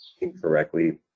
incorrectly